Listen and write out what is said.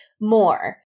more